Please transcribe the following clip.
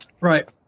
right